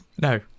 no